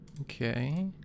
Okay